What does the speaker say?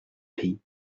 pays